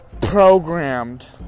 programmed